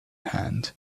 hand